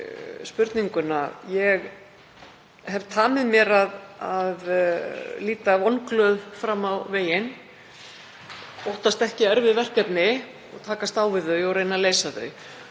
spurninguna. Ég hef tamið mér að líta vonglöð fram á veginn, óttast ekki erfið verkefni og að takast á við þau og reyna að leysa þau.